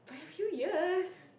a few years